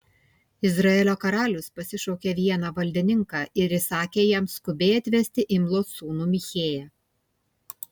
izraelio karalius pasišaukė vieną valdininką ir įsakė jam skubiai atvesti imlos sūnų michėją